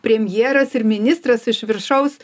premjeras ir ministras iš viršaus